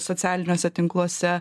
socialiniuose tinkluose